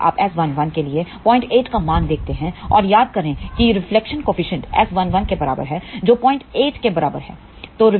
यदि आप S11 के लिए 08 का मान देखते हैं और याद करें की रिफ्लेक्शन कोफीसेंट S11 के बराबर है जो 08 के बराबर है